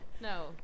no